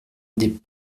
des